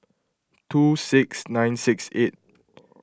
two six nine six eight